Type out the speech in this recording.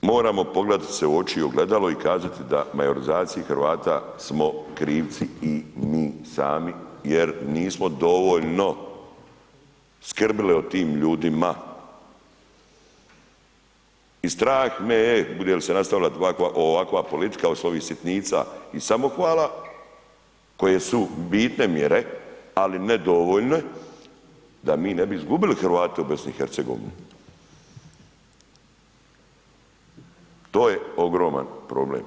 Po meni, moramo pogledati se u oči i u ogledalo i kazati da majorizaciji Hrvata smo krivci i mi sami jer nismo dovoljno skrbili o tim ljudima i strah me je bude li se nastavila ovakva politika, od ovih sitnica i samohvala koje su bitne mjere, ali ne dovoljne da mi ne bi izgubili Hrvate u BiH, to je ogroman problem,